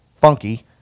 funky